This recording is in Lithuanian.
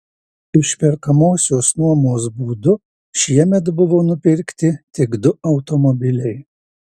išperkamosios nuomos būdu šiemet buvo nupirkti tik du automobiliai